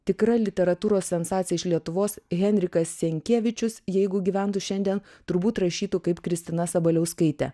tikra literatūros sensacija iš lietuvos henrikas senkievičius jeigu gyventų šiandien turbūt rašytų kaip kristina sabaliauskaitė